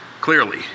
clearly